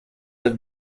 have